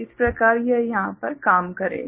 इस प्रकार यह यहाँ पर काम करेगा